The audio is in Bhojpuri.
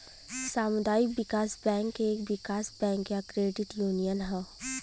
सामुदायिक विकास बैंक एक विकास बैंक या क्रेडिट यूनियन हौ